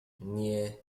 near